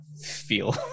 feel